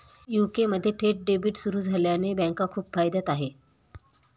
UK मध्ये थेट debit सुरू झाल्याने बँका खूप फायद्यात आहे